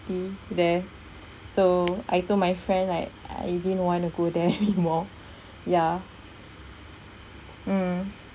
there so I told my friend like I didn't want to go there anymore yeah mm